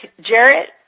Jarrett